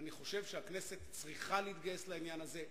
הכנסת צריכה להתגייס לעניין הזה,